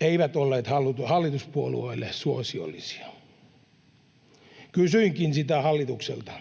eivät olleet hallituspuolueille suosiollisia. Kysyinkin sitä hallitukselta.